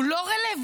הוא לא רלוונטי,